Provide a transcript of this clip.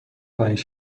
پنج